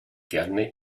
gerne